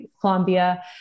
Columbia